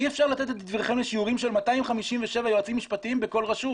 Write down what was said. אי אפשר לתת את דברכם לשיעורים של 257 יועצים משפטיים בכל רשות.